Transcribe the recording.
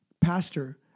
Pastor